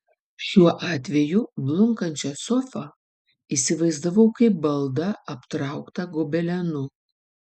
šiuo atveju blunkančią sofą įsivaizdavau kaip baldą aptrauktą gobelenu